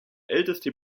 älteste